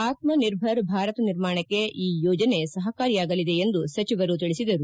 ಆತ್ಮಿರ್ಭರ್ ಭಾರತ ನಿರ್ಮಾಣಕ್ಕೆ ಈ ಯೋಜನೆ ಸಹಕಾರಿಯಾಗಲಿದೆ ಎಂದು ಸಚಿವರು ತಿಳಿಸಿದರು